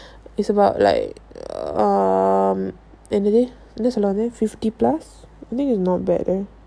it's about like um என்னதுஎன்னசொல்லவந்தேன்:ennathu enna solla vandhen fifty plus I think is not bad leh